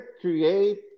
create